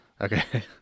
okay